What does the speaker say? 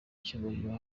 icyubahiro